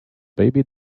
baby